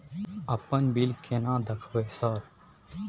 अपन बिल केना देखबय सर?